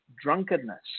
drunkenness